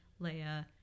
Leia